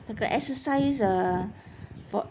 but the exercise uh for